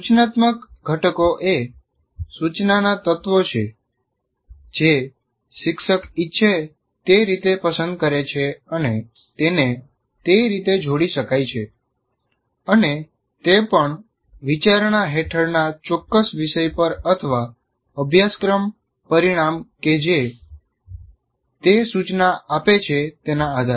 સૂચનાત્મક ઘટકો એ સૂચનાના તત્વો છે જે શિક્ષક ઈચ્છે તે રીતે પસંદ કરે છે અને તેને તે રીતે જોડી શકાય છે અને તે પણ વિચારણા હેઠળના ચોક્કસ વિષય પર અથવા અભ્યાસક્રમ પરિણામ કે જે તે સૂચના આપે છે તેના આધારે